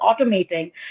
automating